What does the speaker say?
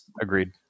Agreed